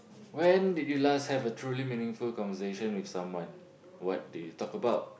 when did you last have a truly meaningful conversation with someone what did you talk about